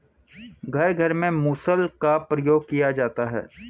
घर घर में मुसल का प्रयोग किया जाता है